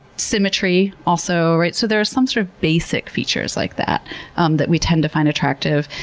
symmetry also, right? so there are some sort of basic features like that um that we tend to find attractive.